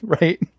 right